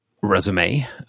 resume